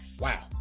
Wow